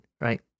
right